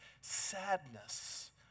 sadness